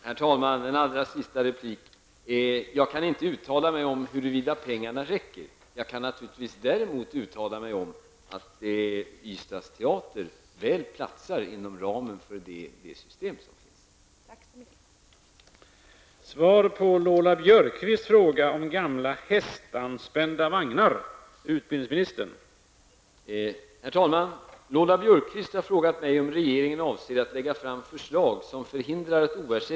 Herr talman! Detta blir mitt allra sista inlägg i den här frågan. Jag kan inte uttala mig om huruvida pengarna räcker. Men jag kan naturligtvis uttala mig om att en upprustning av Ystads teater väl ryms inom ramen av det system som finns.